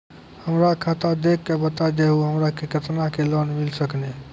हमरा खाता देख के बता देहु हमरा के केतना के लोन मिल सकनी?